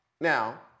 now